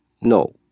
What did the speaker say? No